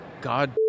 god